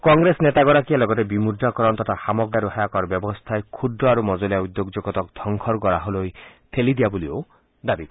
কংগ্ৰেছ নেতাগৰাকীয়ে লগতে বিমুদ্ৰাকৰণ তথা সামগ্ৰী আৰু সেৱা কৰ ব্যৱস্থাই ক্ষুদ্ৰ আৰু মজলীয়া উদ্যোগ জগতক ধংসৰ গৰালৈ ঠেলি দিয়া বুলিও দাবী কৰে